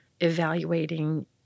evaluating